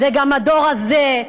זה גם הדור הזה,